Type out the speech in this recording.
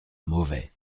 mauvais